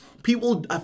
People